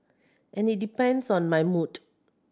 and it depends on my mood